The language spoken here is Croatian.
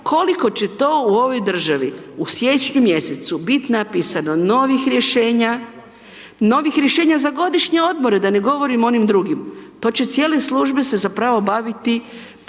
koliko će to u ovoj državi, u slijedećem mjesecu bit napisano novih rješenja, novih rješenja za godišnje odmore da ne govorim o onim drugim, to će cijele službe se zapravo baviti